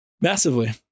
Massively